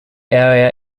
area